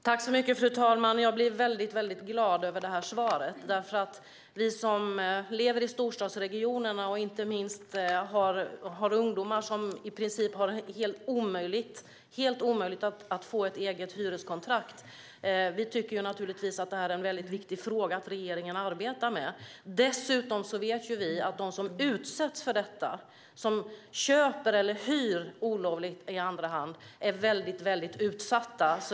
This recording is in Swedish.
Fru talman! Jag blir väldigt glad över svaret. Vi som lever i storstadsregionerna och inte minst har ungdomar som det i princip är helt omöjligt för att få ett eget hyreskontrakt tycker naturligtvis att det här är en väldigt viktig fråga för regeringen att arbeta med. Dessutom vet vi att de som utsätts för detta, som köper eller hyr olovligt i andra hand, är väldigt utsatta.